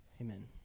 Amen